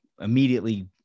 immediately